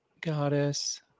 goddess